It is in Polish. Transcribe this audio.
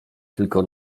tylko